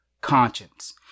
conscience